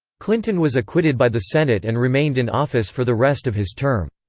clinton was acquitted by the senate and remained in office for the rest of his term.